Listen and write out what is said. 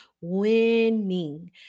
Winning